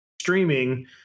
streaming